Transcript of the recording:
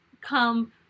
come